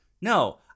no